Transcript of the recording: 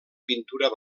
pintura